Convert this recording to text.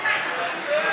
הם צודקים.